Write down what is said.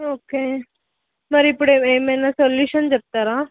okay మరి ఇప్పుడు ఏమైనా సొల్యూషన్ చెప్తారా